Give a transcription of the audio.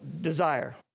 desire